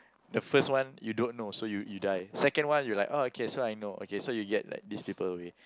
the first one you don't know so you you die second one you like orh okay so I know okay so you get like these people away